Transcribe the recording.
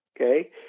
okay